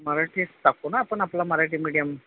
मराठीच टाकू ना आपण आपला मराठी मीडियम